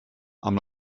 amb